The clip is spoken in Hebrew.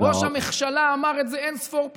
ראש המכשלה אמר את זה אין-ספור פעמים.